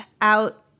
out